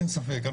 אין ספק,